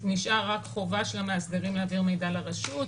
נשאר רק חובה של המאסדרים להעביר מידע לרשות-